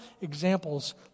examples